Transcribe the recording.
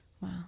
Wow